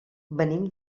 venim